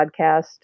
podcast